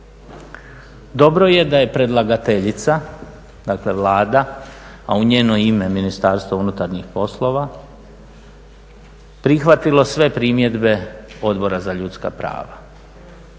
Dobro je da je predlagateljica, dakle Vlada, a u njeno ime Ministarstvo unutarnjih poslova prihvatilo sve primjedbe Odbora za ljudska prava